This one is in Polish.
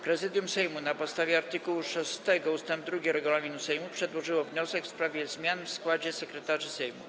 Prezydium Sejmu, na podstawie art. 6 ust 2 regulaminu Sejmu, przedłożyło wniosek w sprawie zmian w składzie sekretarzy Sejmu.